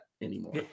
anymore